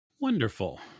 Wonderful